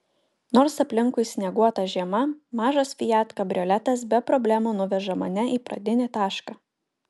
nors aplinkui snieguota žiema mažas fiat kabrioletas be problemų nuveža mane į pradinį tašką